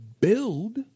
build